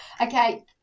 Okay